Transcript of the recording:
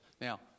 Now